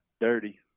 dirty